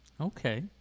Okay